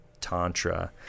Tantra